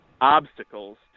obstacles